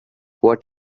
what